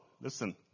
Listen